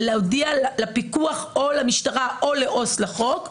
להודיע לפיקוח או למשטרה או לעו"ס לחוק.